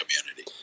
community